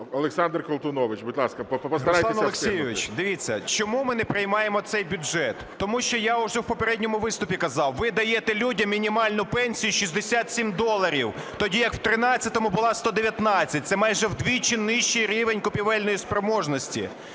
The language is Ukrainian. Олександр Колтунович, будь ласка, постарайтеся встигнути. 11:59:58 КОЛТУНОВИЧ О.С. Руслане Олексійовичу, дивіться, чому ми не приймаємо цей бюджет? Тому що я уже в попередньому виступі казав: ви даєте людям мінімальну пенсію 67 доларів, тоді як в 13-му була 119. Це майже вдвічі нижчий рівень купівельної спроможності.